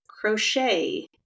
crochet